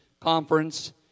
conference